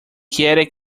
quiere